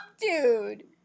dude